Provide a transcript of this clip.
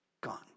Gone